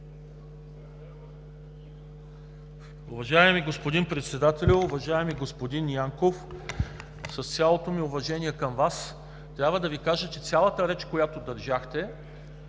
Уважаеми господин Председател! Уважаеми господин Янков, с цялото ми уважение към Вас, трябва да Ви кажа, че цялата реч, която държахте…